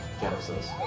Genesis